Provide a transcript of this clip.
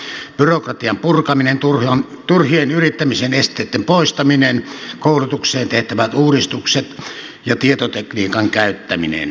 näitä ovat muun muassa byrokratian purkaminen turhien yrittämisen esteitten poistaminen koulutukseen tehtävät uudistukset ja tietotekniikan käyttäminen